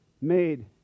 made